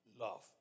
love